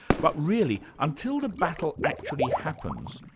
but really, until the battle actually happens,